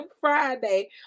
Friday